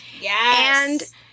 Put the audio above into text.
Yes